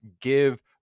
give